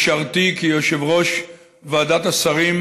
בשרתי כיושב-ראש ועדת השרים